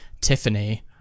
Tiffany